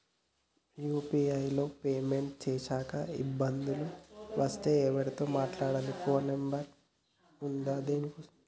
UPI లో payment చేశాక ఇబ్బంది వస్తే ఎవరితో మాట్లాడాలి? ఫోన్ నంబర్ ఉందా దీనికోసం?